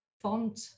font